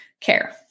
care